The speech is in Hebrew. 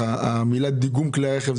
המילה דיגום כלי רכב,